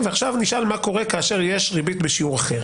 עכשיו נשאל מה קורה כאשר יש ריבית בשיעור אחר.